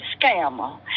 scammer